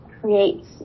creates